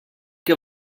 que